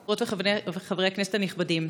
חברות וחברי הכנסת הנכבדים,